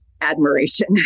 admiration